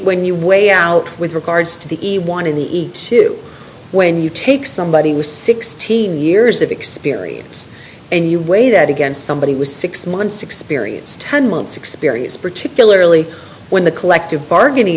when you weigh out with regards to the one in the eat when you take somebody was sixteen years of experience and you weigh that against somebody was six months experience ten months experience particularly when the collective bargaining